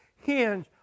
hinge